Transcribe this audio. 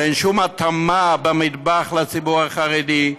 ואין שום התאמה במטבח לציבור החרדי,